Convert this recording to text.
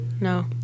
No